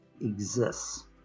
exists